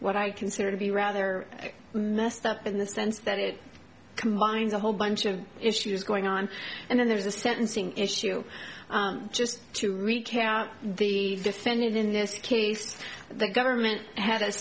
what i consider to be rather messed up in the sense that it combines a whole bunch of issues going on and then there's a sentencing issue just to recap the defendant in this case the government had